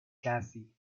kathy